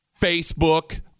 Facebook